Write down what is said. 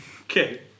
Okay